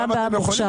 גם במוכשר.